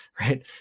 right